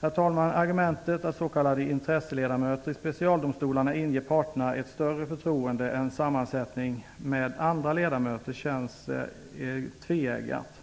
Herr talman! Argumentet att s.k. intresseledamöter i specialdomstolarna inger parterna ett större förtroende än en sammansättning med andra ledamöter känns tveeggat.